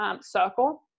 circle